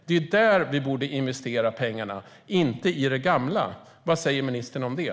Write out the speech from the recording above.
Det är ju där vi borde investera pengarna, inte i det gamla. Vad säger ministern om det?